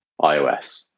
iOS